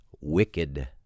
wicked